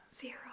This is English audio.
zero